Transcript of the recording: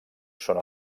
són